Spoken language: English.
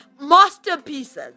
masterpieces